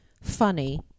funny